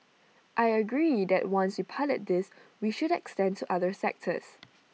I agree that once we pilot this we should extend to other sectors